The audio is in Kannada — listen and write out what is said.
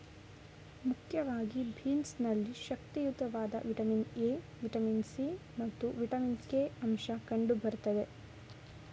ಮುಖ್ಯವಾಗಿ ಬೀನ್ಸ್ ನಲ್ಲಿ ಶಕ್ತಿಯುತವಾದ ವಿಟಮಿನ್ ಎ, ವಿಟಮಿನ್ ಸಿ ಮತ್ತು ವಿಟಮಿನ್ ಕೆ ಅಂಶ ಕಂಡು ಬರ್ತದೆ